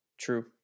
True